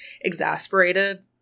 exasperated